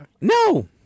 No